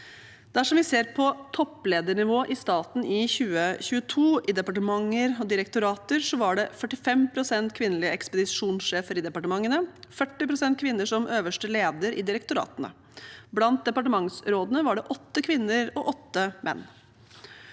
Dersom vi ser på toppledernivået i staten i 2022, i departementer og direktorater, var det 45 pst. kvinnelige ekspedisjonssjefer i departementene og 40 pst. kvinner som øverste leder i direktoratene. Blant departementsrådene var det åtte kvinner og åtte menn.